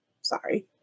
sorry